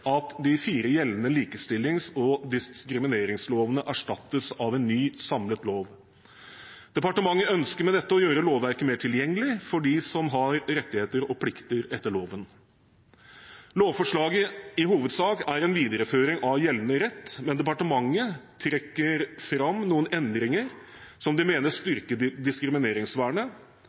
at de fire gjeldende likestillings- og diskrimineringslovene erstattes av en ny, samlet lov. Departementet ønsker med dette å gjøre lovverket mer tilgjengelig for dem som har rettigheter og plikter etter loven. Lovforslaget er i hovedsak en videreføring av gjeldende rett, men departementet trekker fram noen endringer som de mener styrker diskrimineringsvernet.